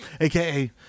AKA